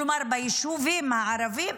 כלומר ביישובים הערביים,